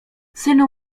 synu